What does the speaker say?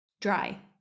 dry